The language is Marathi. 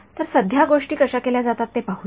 तर सध्या गोष्टी कशा केल्या जातात ते पाहूया